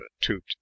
toot